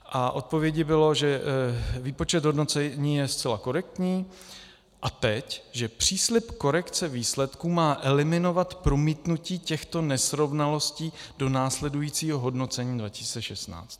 A odpovědí bylo, že výpočet hodnocení je zcela korektní a teď: že příslib korekce výsledků má eliminovat promítnutí těchto nesrovnalostí do následujícího hodnocení 2016.